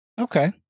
Okay